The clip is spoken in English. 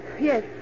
Yes